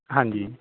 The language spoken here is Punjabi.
ਹਾਂਜੀ